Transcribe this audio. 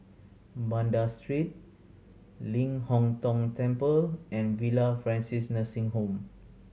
Banda Street Ling Hong Tong Temple and Villa Francis Nursing Home